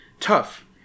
tough